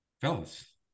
Fellas